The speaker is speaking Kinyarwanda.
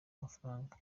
amafaranga